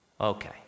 Okay